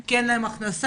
כי אין להן הכנסה.